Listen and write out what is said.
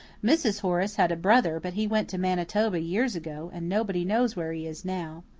mrs. horace had a brother but he went to manitoba years ago, and nobody knows where he is now.